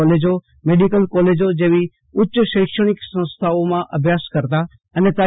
કોલેજો મેડિકલ કોલેજો જેવી ઉચ્યલ શૈક્ષણિક સંસ્થાાઓમાં ભ્યાસ કરતાં અને તા